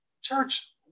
Church